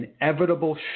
inevitable